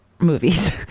Movies